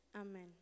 Amen